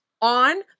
on